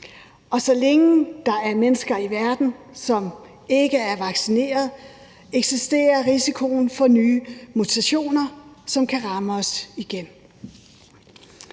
og så længe der er mennesker i verden, som ikke er vaccineret, eksisterer risikoen for nye mutationer, som kan ramme os igen.